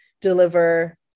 deliver